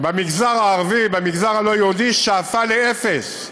במגזר הערבי, במגזר הלא-יהודי, שאפו לאפס.